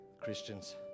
Christians